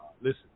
listen